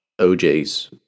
OJ's